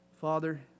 Father